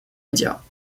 médias